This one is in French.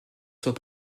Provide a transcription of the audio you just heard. soit